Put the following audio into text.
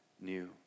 new